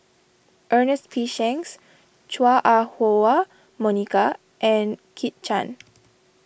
Ernest P Shanks Chua Ah Huwa Monica and Kit Chan